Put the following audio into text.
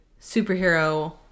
superhero